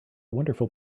wonderful